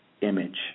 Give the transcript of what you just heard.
image